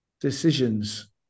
decisions